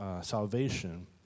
salvation